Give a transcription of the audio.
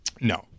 no